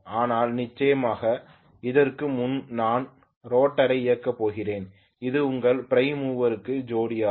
ஆனால் நிச்சயமாக அதற்கு முன் நான் இந்த ரோட்டரை இயக்கியிருப்பேன் இது உங்கள் பிரைம் மூவருக்கு ஜோடி ஆகும்